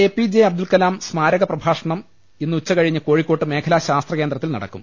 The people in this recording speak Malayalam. A P J Abdul Kalam സ്മാരക പ്രഭാഷണം ഇന്ന് ഉച്ച കഴിഞ്ഞ് കോഴിക്കോട്ട് മേഖലാ ശാസ്ത്ര കേന്ദ്രത്തിൽ നട ക്കും